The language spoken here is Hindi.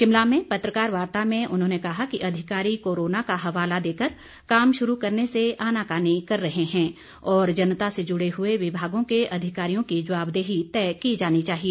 शिमला में पत्रकार वार्ता में उन्होंने कहा कि अधिकारी कोरोना का हवाला देकर काम शुरू करने से आनाकानी कर रहे हैं और जनता से जुड़े हुए विभागों के अधिकारियों की जवाबदेही तय की जानी चाहिए